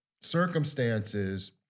circumstances